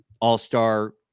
all-star